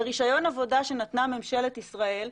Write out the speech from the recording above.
ברישיון עבודה שנתנה ממשלת ישראל,